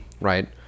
right